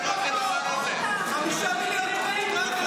אין פה --- חבר הכנסת שירי, תודה.